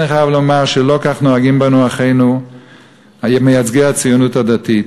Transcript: אני חייב לומר שלא כך נוהגים בנו אחינו מייצגי הציונות הדתית.